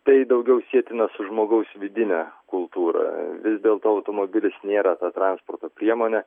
tai daugiau sietina su žmogaus vidine kultūra vis dėlto automobilis nėra ta transporto priemonė